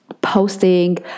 posting